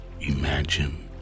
imagine